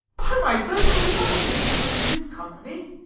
by my troth, i would not undertake her in this company.